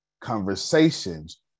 Conversations